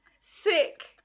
Sick